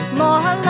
more